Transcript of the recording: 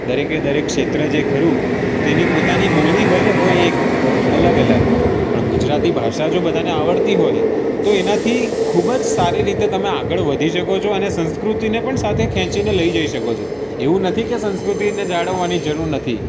દરેકે દરેક ક્ષેત્ર જે ખરું તેની પોતાની બોલી ભલે હોય એક અલગ અલગ પણ ગુજરાતી ભાષા જો બધાને આવડતી હોય તો એનાથી ખૂબ જ સારી રીતે તમે આગળ વધી શકો છો અને સંસ્કૃતિને પણ સાથે ખેંચીને લઈ જઈ શકો છો એવું નથી કે સંસ્કૃતિને જાળવવાની જરૂર નથી